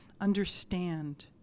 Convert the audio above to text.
understand